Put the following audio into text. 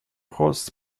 hosts